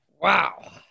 Wow